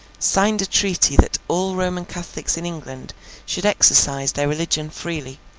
signed a treaty that all roman catholics in england should exercise their religion freely,